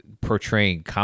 portraying